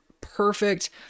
perfect